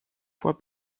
fois